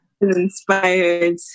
inspired